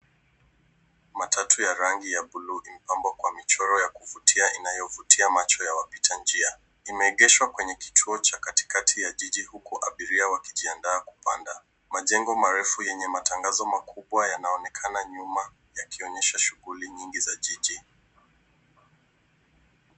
Matatu ya rangi ya buluu, imepambwa kwa michoro ya kuvutia inayovutia macho ya wapita njia. Imeegeshwa kwenye kituo cha katikati ya jiji huku abiria wakijiandaa kupanda. Majengo marefu yenye matangazo makubwa yanaonekana nyuma, yakionyesha shughulli nyingi za jiji.